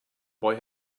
boy